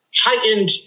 heightened